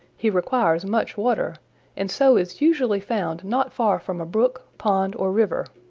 he requires much water and so is usually found not far from a brook, pond or river.